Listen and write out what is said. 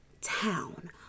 town